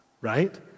right